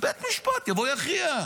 בית המשפט יבוא ויכריע.